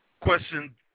question